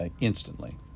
instantly